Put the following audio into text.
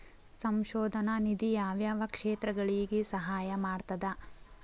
ಸಂಶೋಧನಾ ನಿಧಿ ಯಾವ್ಯಾವ ಕ್ಷೇತ್ರಗಳಿಗಿ ಸಹಾಯ ಮಾಡ್ತದ